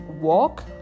walk